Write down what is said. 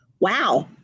Wow